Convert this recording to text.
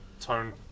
tone